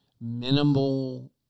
minimal